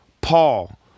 Paul